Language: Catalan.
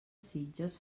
sitges